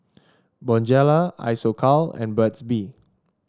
Bonjela Isocal and Burt's Bee